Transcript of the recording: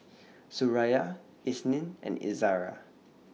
Suraya Isnin and Izara